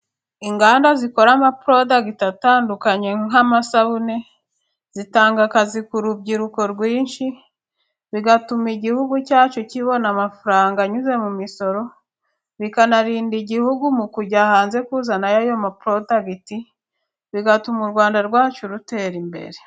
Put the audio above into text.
Inganda zikora amaprodagiti atandukanye nk'amasabune, zitanga akazi ku rubyiruko rwinshi, bigatuma igihugu cyacu kibona amafaranga anyuze mu misoro, bikanarinda igihugu mu kujya hanze kuzanayo ayo amaprotagiti bigatuma u Rwanda rwacu rutera imbere.